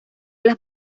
las